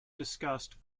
discussed